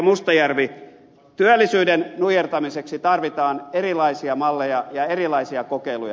mustajärvi työllisyyden nujertamiseksi tarvitaan erilaisia malleja ja erilaisia kokeiluja